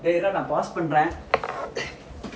டேய்இருடாநான்:dei iruda naan pause பண்ணறேன்:pannaren